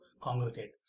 congregate